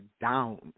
down